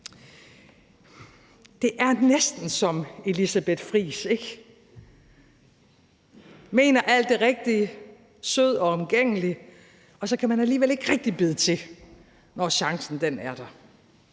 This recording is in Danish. Det er næsten som Elisabeth Friis, ikke? Man mener alt det rigtige, er sød og omgængelig, og så kan man alligevel ikke rigtig bide til, når chancen er der.